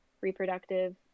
reproductive